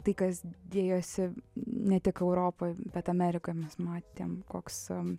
tai kas dėjosi ne tik europoj bet amerikoj mes matėm koks